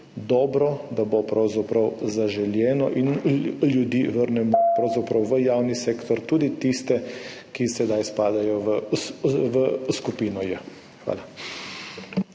dobro, da bo pravzaprav zaželeno in ljudi vrnemo pravzaprav v javni sektor, tudi tiste, ki sedaj spadajo v skupino J. Hvala.